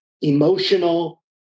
emotional